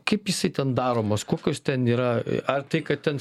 kaip jisai ten daromas kokios ten yra ar tai kad ten